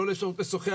לא לשוחח,